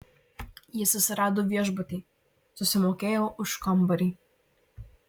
jis susirado viešbutį susimokėjo už kambarį